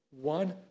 One